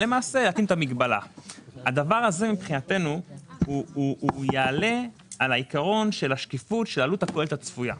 הדבר הזה יעלה על העיקרון של השקיפות של העלות הכוללת הצפויה.